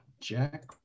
Jack